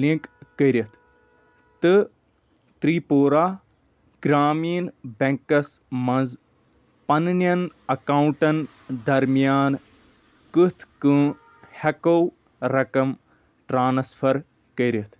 link کٔرِتھ تہٕ ترٛیٖپورا گرٛامیٖن بٮ۪نٛکَس منٛز پنٛنٮ۪ن اٮ۪کاوُنٛٹَن دَرمِیان کِتھ کہٕ ہٮ۪کو رَقم ٹرٛانَسفَر کٔرِتھ